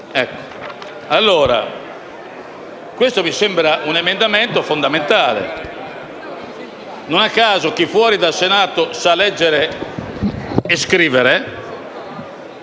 questo mi sembra un emendamento fondamentale. Non a caso, chi fuori dal Senato sa leggere e scrivere